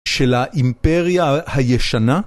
של האימפריה הישנה?